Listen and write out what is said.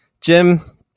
Jim